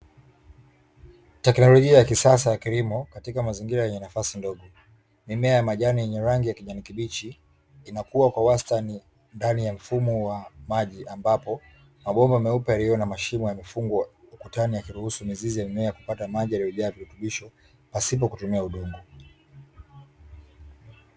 Teknolojia ya kisasa ya kilimo katika mazingira yenye nafasi ndogo mimea ya majani yenye rangi ya kijani kibichi inakuwa kwa wastani ndani ya mfumo wa maji ambapo mabomba meupe yaliyo na mashimo yamefungwa ukutani yakiruhusu mizizi ya mimea kupata maji yaliyojaa virutubisho pasipo na kutumia udongo.